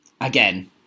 Again